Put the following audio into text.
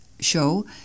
show